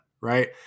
right